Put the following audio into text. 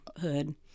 hood